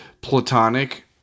platonic